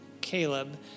Caleb